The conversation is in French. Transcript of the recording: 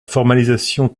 formalisation